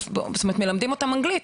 מלמדים אותם אנגלית,